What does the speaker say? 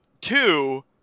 two